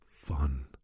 fun